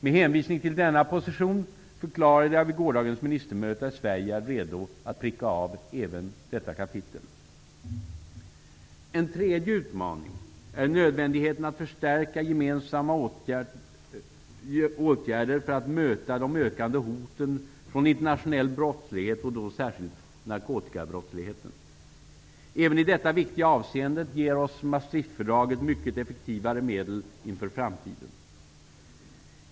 Med hänvisning till denna position förklarade jag vid gårdagens ministermöte att Sverige är redo att pricka av även detta kapitel. En tredje utmaning är nödvändigheten av att förstärka gemensamma åtgärder för att möta de ökande hoten från internationell brottslighet, särskilt narkotikabrottsligheten. Även i detta viktiga avseende ger oss Maastrichtfördraget mycket effektivare medel inför framtiden.